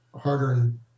hard-earned